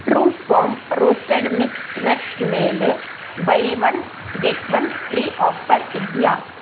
true farm roasted mix nuts ಮೇಲೆ buy one get one free offer ಇದೆಯಾ